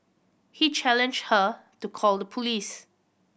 he challenged her to call the police